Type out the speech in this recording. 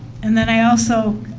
and then i also